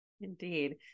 Indeed